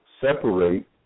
separate